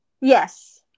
Yes